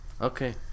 okay